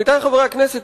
עמיתי חברי הכנסת,